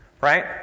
right